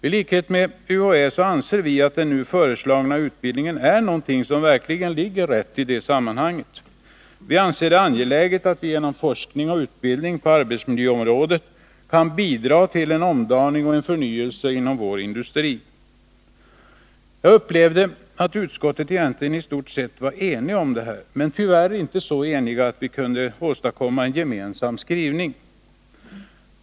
Tlikhet med UHÄ anser vi att den nu föreslagna utbildningen är något som verkligen ligger rätt i detta sammanhang. Vi anser det angeläget att vi genom forskning och utbildning på arbetsmiljöområdet kan bidra till en omdaning och förnyelse av vår industri. Jag upplevde att utskottet i stort sett var enigt om detta — men tyvärr inte så enigt att vi kunde åstadkomma en gemensam skrivning.